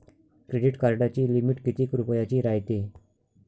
Credit कार्डाची limit कितीक रुपयाची रायते?